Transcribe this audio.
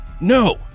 No